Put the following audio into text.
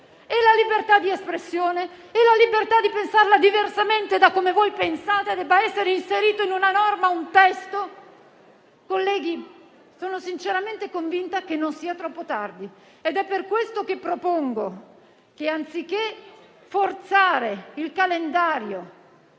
E la libertà di espressione e la libertà di pensarla diversamente da come voi pensate debba essere inserita un testo in una norma? Colleghi, sono sinceramente convinta che non sia troppo tardi ed è per questo che propongo che anziché forzare il calendario